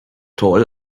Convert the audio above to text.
toll